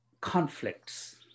conflicts